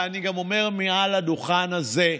ואני גם אומר מעל הדוכן הזה,